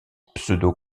pseudo